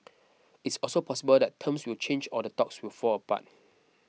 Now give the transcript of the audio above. it's also possible that terms will change or the talks will fall apart